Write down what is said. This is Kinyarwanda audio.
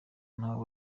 naho